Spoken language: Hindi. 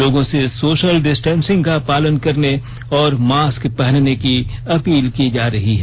लोगों से सोशल डिस्टेंसिंग का पालन और मास्क पहनने की अपील की जा रही है